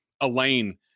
Elaine